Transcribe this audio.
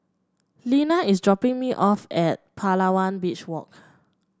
Leana is dropping me off at Palawan Beach Walk